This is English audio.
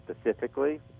specifically